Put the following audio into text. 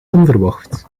onverwacht